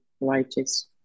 Righteous